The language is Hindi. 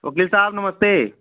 वकील साहब नमस्ते